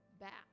back